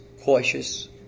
cautious